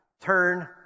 turn